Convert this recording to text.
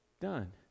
done